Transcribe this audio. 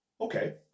Okay